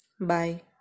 Bye